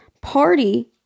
party